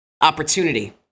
opportunity